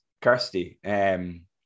Kirsty